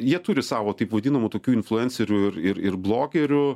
jie turi savo taip vadinamų tokių influencerių ir ir ir blogerių